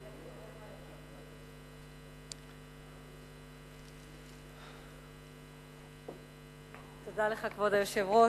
כבוד היושב-ראש,